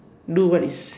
do what is